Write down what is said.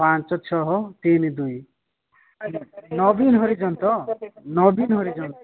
ପାଞ୍ଚ ଛଅ ତିନି ଦୁଇ ନବୀନ ହରିଜନ ତ ନବୀନ ହରିଜନ